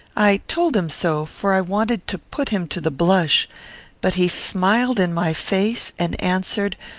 i told him so, for i wanted to put him to the blush but he smiled in my face, and answered,